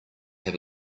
have